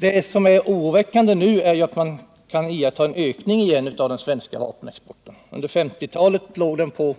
Det som är oroväckande nu är att man kan iaktta en ökning igen av den svenska vapenexporten. Under 1950-talet låg den på